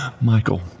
Michael